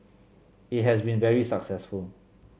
it has been very successful